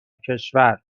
کشور